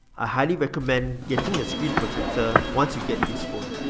i highly recommend getting a screen protector once you get this phone.